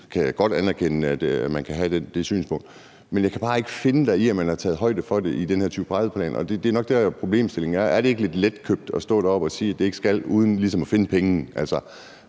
jeg kan godt anerkende, at man kan have det synspunkt. Men jeg kan bare ikke se, at man har taget højde for det i den her 2030-plan, og det er nok dér, problemstillingen er. Er det ikke lidt letkøbt at stå deroppe og sige, at pensionsalderen ikke skal